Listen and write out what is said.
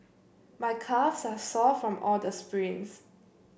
my calves are sore from all the sprints